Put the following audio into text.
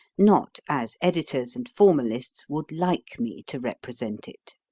not as editors and formalists would like me to represent it.